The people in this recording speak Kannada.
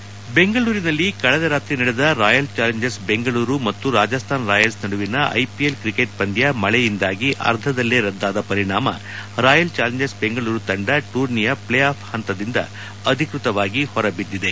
ಹೆಡ್ ಬೆಂಗಳೂರಿನಲ್ಲಿ ಕಳೆದ ರಾತ್ರಿ ನಡೆದ ರಾಯಲ್ ಚಾಲೆಂಜರ್ಸ್ ಬೆಂಗಳೂರು ಮತ್ತು ರಾಜಸ್ಥಾನ್ ರಾಯಲ್ಲಿ ನಡುವಿನ ಐಪಿಎಲ್ ಪಂದ್ಯ ಮಳೆಯಿಂದಾಗಿ ಅರ್ಧದಲ್ಲೇ ರದ್ದಾದ ಪರಿಣಾಮ ರಾಯಲ್ ಚಾಲೆಂಜರ್ಸ್ ಬೆಂಗಳೂರು ತಂಡ ಟೂರ್ನಿಯ ಪ್ಲೇಆಫ್ ಹಂತದಿಂದ ಅಧಿಕೃತವಾಗಿ ಹೊರಬಿದ್ದಿದೆ